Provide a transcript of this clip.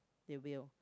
they will